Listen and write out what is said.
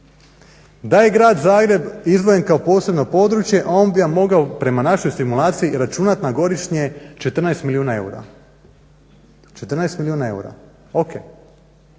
Da je Grad Zagreb izdvojen kao posebno područje on bi mogao prema našoj stimulaciji računat na godišnje 14 milijuna eura. Ok, možda je to